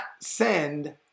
send